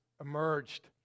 emerged